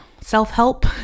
self-help